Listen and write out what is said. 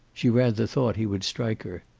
she rather thought he would strike her.